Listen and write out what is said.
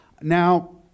Now